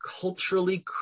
culturally